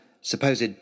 supposed